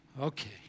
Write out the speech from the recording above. okay